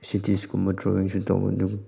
ꯁꯤꯇꯤꯁꯀꯨꯝꯕ ꯗ꯭ꯔꯣꯋꯤꯡꯁꯨ ꯇꯧꯕ ꯑꯗꯨꯒ